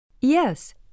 Yes